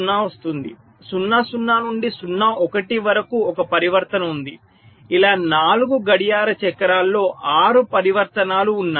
0 0 నుండి 0 1 వరకు ఒక పరివర్తన ఉంది ఇలా 4 గడియార చక్రాలలో 6 పరివర్తనాలు ఉన్నాయి